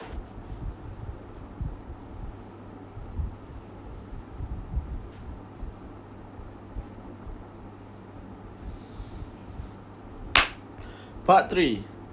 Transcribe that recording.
part three